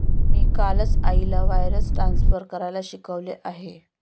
मी कालच आईला wires transfer करायला शिकवले आहे